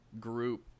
group